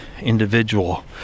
individual